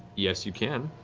yes, you can.